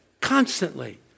Constantly